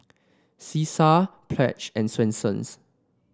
Cesar Pledge and Swensens